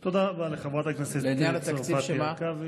תודה רבה לחברת הכנסת מטי צרפתי הרכבי.